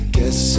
Guess